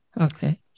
Okay